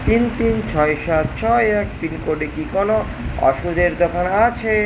তিন তিন ছয় সাত ছয় এক পিনকোডে কি কোনও ওষুধের দোকান আছে